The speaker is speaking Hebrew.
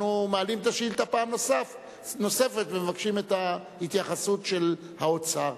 אנחנו מעלים את השאילתא פעם נוספת ומבקשים את ההתייחסות של האוצר.